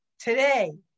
today